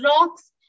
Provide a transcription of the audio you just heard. rocks